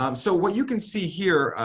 um so what you can see here,